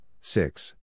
six